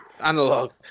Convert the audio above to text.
analog